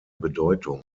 bedeutung